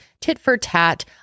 tit-for-tat